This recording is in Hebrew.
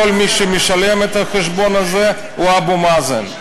מי שמשלם את כל החשבון הזה הוא אבו מאזן.